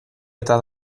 eta